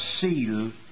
seal